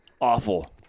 Awful